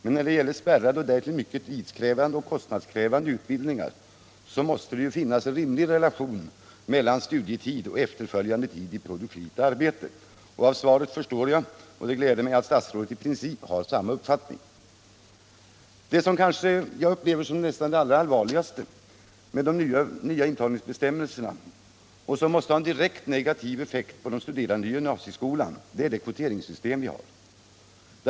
Men när det gäller spärrade och därtill mycket tidskrävande och kostnadskrävande utbildningar måste det finnas en rimlig relation mellan studietid och efterföljande tid i produktivt arbete. Av svaret förstår jag — och det gläder mig — att statsrådet i princip har samma uppfattning. Det som jag upplever som det kanske allra allvarligaste i fråga om det nya intagningssystemet — och som måste ha en direkt negativ effekt på de studerande i gymnasieskolan — är det rekryteringssystem som vi har.